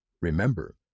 Remember